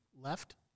left